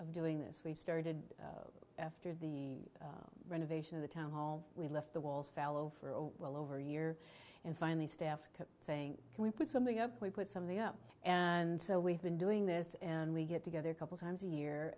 of doing this we started after the renovation of the town hall we left the walls fallow for oh well over a year and finally staff kept saying can we put something up we put some of the up and so we've been doing this and we get together a couple times a year